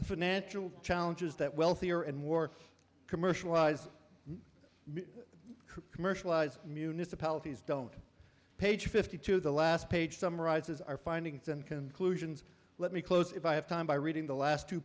face financial challenges that wealthier and more commercialized commercialise municipalities don't page fifty two the last page summarizes our findings and conclusions let me close if i have time by reading the last two